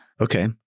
Okay